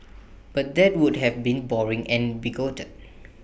but that would have been boring and bigoted